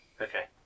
Okay